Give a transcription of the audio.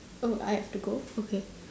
oh I have to go okay